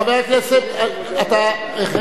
חבר הכנסת חרמש,